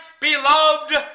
beloved